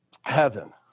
heaven